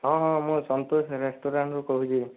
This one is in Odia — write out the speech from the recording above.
ହଁ ହଁ ମୁଁ ସନ୍ତୋଷ ରେଷ୍ଟୁରାଣ୍ଟ ରୁ କହୁଛି